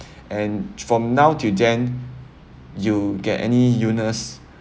and from now till jan you get any illness